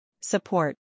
Support